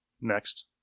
next